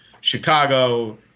Chicago